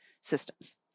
systems